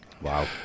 Wow